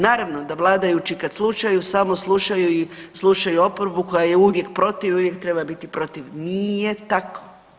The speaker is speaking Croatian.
Naravno da vladajući kad slušaju samo slušaju i slušaju oporbu koja je uvijek protiv i uvijek treba biti protiv, nije tako.